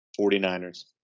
49ers